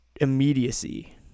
immediacy